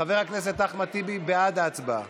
חבר הכנסת אחמד טיבי בעד ההצבעה,